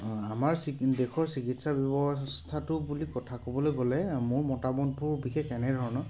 অঁ আমাৰ চি দেশৰ চিকিৎসা ব্যৱস্থাটো বুলি কথা ক'বলৈ গ'লে মোৰ মতামতবোৰ বিশেষ এনেধৰণৰ